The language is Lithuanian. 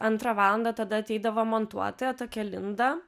antrą valandą tada ateidavo montuotoja tokia linda